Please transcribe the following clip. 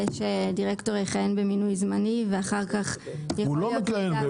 שדירקטור יכהן במינוי זמני ואחר כך -- הוא לא מכהן,